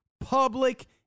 public